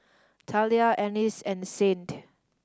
Talia Ennis and Saint